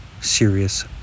serious